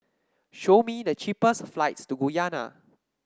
show me the cheapest flights to Guyana